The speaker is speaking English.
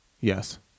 yes